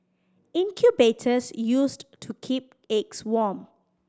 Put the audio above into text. incubators used to keep eggs warm